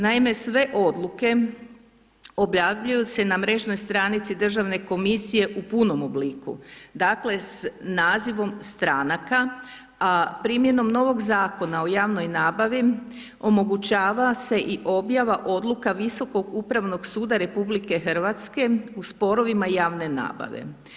Naime, sve odluke objavljuju se na mrežnoj stranici državne komisije u punom obliku, dakle s nazivom stranaka, a primjenom novog Zakona o javnoj nabavi omogućava se i objava odluka Visokog upravnog suda RH u sporovima javne nabave.